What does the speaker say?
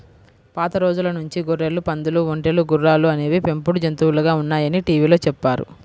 పాత రోజుల నుంచి గొర్రెలు, పందులు, ఒంటెలు, గుర్రాలు అనేవి పెంపుడు జంతువులుగా ఉన్నాయని టీవీలో చెప్పారు